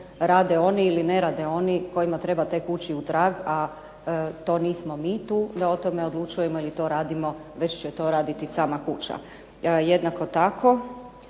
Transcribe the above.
rade oni ili ne rade oni kojima treba tek ući u trag, ali to nismo mi tu da o tome odlučujemo ili radimo, već će to raditi sama kuća. Jednako tako